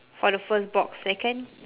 for the first box second